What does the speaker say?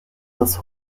des